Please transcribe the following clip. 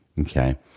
Okay